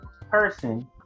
person